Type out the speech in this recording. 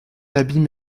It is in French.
abîme